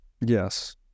Yes